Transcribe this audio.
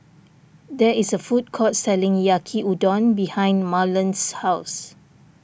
there is a food court selling Yaki Udon behind Marlon's house